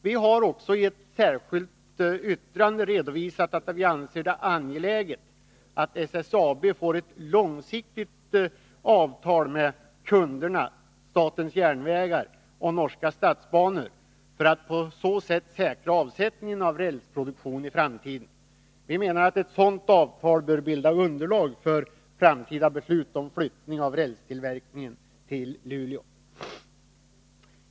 Vi har också i ett särskilt yttrande redovisat att vi anser det angeläget att SSAB får ett långsiktigt avtal med kunderna, statens järnvägar och Norske Statsbaner, för att på så sätt säkra avsättningen av rälsproduktionen i framtiden. Vi menar att ett sådant avtal bör bilda underlag för framtida beslut om flyttning av rälstillverkningen till Luleå.